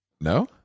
No